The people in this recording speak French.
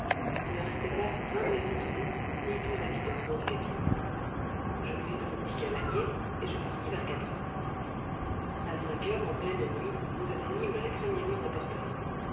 il ne restait pas vingt maisons debout ni douze habitants dans ce guêpier je pris donc dix cavaliers et je partis vers quatre heures a cinq heures en pleine nuit nous atteignîmes les premiers murs de porterin